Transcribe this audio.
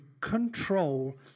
control